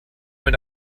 mit